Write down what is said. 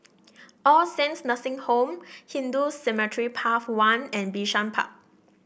All Saints Nursing Home Hindu Cemetery Path one and Bishan Park